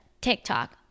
TikTok